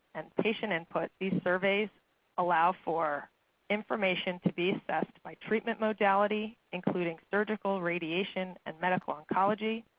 and patient input, these surveys allow for information to be assessed by treatment modality, including surgical, radiation, and medical oncology.